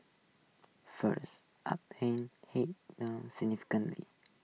first are pain Head significance